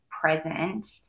present